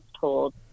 told